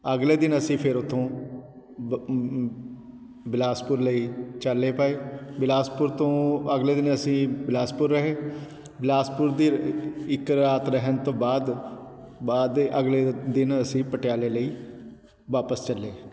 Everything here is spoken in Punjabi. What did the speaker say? ਅਗਲੇ ਦਿਨ ਅਸੀਂ ਫਿਰ ਉੱਥੋਂ ਬ ਬਿਲਾਸਪੁਰ ਲਈ ਚਾਲੇ ਪਾਏ ਬਿਲਾਸਪੁਰ ਤੋਂ ਅਗਲੇ ਦਿਨ ਅਸੀਂ ਬਿਲਾਸਪੁਰ ਰਹੇ ਬਿਲਾਸਪੁਰ ਦੀ ਇੱਕ ਰਾਤ ਰਹਿਣ ਤੋਂ ਬਾਅਦ ਬਾਅਦ ਦੇ ਅਗਲੇ ਦਿਨ ਅਸੀਂ ਪਟਿਆਲੇ ਲਈ ਵਾਪਸ ਚੱਲੇ